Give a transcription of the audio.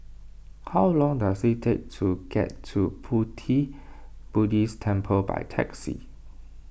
how long does it take to get to Pu Ti Buddhist Temple by taxi